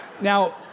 Now